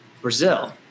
Brazil